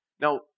Now